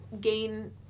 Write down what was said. gain